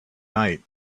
night